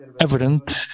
evident